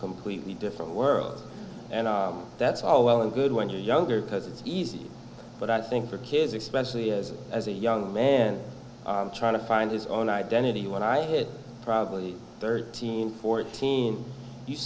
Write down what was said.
completely different worlds and that's all well and good when you're younger because it's easy but i think for kids especially as as a young man trying to find his own identity when i probably thirteen fourteen you